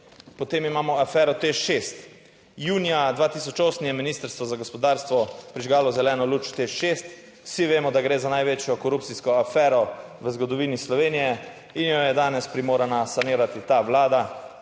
Potem imamo afero TEŠ 6. Junija 2008 je Ministrstvo za gospodarstvo prižgalo zeleno luč TEŠ šest, vsi vemo, da gre za največjo korupcijsko afero v zgodovini Slovenije in jo je danes primorana sanirati ta vlada.